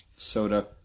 Soda